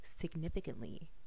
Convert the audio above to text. significantly